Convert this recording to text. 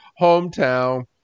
hometown